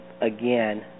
again